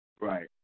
Right